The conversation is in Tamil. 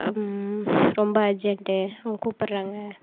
ரொம்ப அர்ஜண்ட்டு அவங்க கூப்பிட்றாங்க